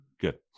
good